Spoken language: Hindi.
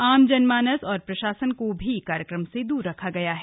आमजन मानस और प्रशासन को भी कार्यक्रम से दूर रखा गया है